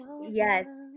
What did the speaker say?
yes